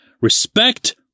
respect